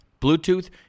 Bluetooth